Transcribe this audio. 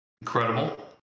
incredible